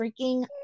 freaking